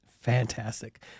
fantastic